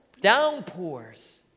downpours